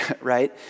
right